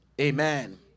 amen